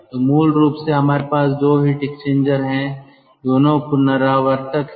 तो मूल रूप से हमारे पास 2 हीट एक्सचेंजर हैं दोनों रिकूपरेटर हैं